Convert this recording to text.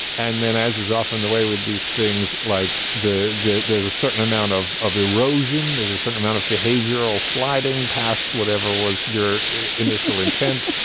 and then as is often the way with these things, like the there's there's a certain amount of of erosion, there's a certain amount of behavioral sliding past, whatever was your initial intent.